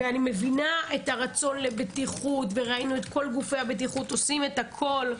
אני מבינה את הרצון לבטיחות וראינו את כל גופי הבטיחות עושים את הכול,